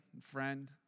friend